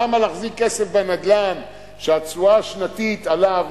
למה להחזיק כסף בנדל"ן כשהתשואה השנתית עליו,